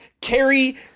carry